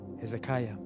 Hezekiah